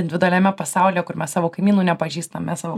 individualiame pasaulyje kur mes savo kaimynų nepažįstame savo